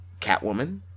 Catwoman